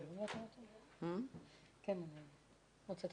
אני מנסה